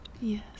yes